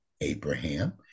Abraham